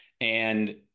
and-